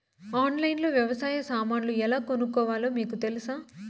ఆన్లైన్లో లో వ్యవసాయ సామాన్లు ఎలా కొనుక్కోవాలో మీకు తెలుసా?